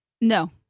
no